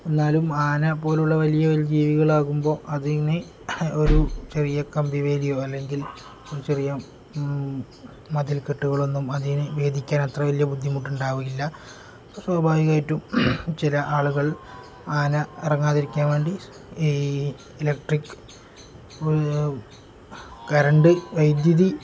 എന്നാലും ആന പോലുള്ള വലിയ വലിയ ജീവികളാകുമ്പോൾ അതിന് ഒരു ചെറിയ കമ്പിവേലിയോ അല്ലെങ്കിൽ ഒരു ചെറിയ മതിൽകെട്ടുകളൊന്നും അതിന് ഭേദിക്കാൻ അത്ര വലിയ ബുദ്ധിമുട്ട് ഉണ്ടാവില്ല സ്വാഭാവികമായിട്ടും ചില ആളുകൾ ആന ഇറങ്ങാതിരിക്കാൻ വേണ്ടി ഈ ഇലക്ട്രിക് കരണ്ട് വൈദ്യുതി